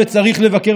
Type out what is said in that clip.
חברת הכנסת קרן ברק,